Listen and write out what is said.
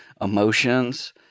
emotions